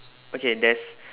okay there's